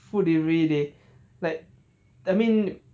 food delivery they like I mean